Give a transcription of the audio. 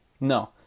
No